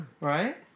right